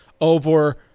over